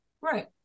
Right